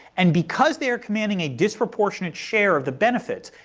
and because they are commanding a disproportionate share of the benefit,